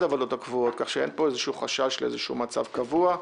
הוועדות הקבועות כך שאין חשש למצב קבוע.